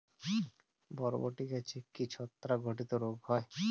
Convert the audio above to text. বরবটি গাছে কি ছত্রাক ঘটিত রোগ হয়?